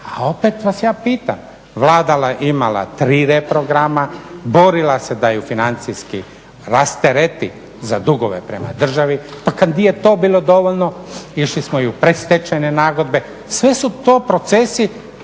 A opet vas ja pitam, Vlada imala tri reprograma, borila se da ju financijski rastereti za dugove prema državi. Pa kada nije to bilo dovoljno išli smo i u predstečajne nagodbe, sve su to procesi